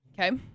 Okay